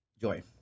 Joy